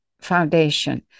foundation